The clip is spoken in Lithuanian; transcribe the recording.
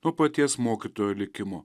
nuo paties mokytojo likimo